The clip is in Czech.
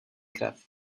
krev